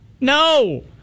No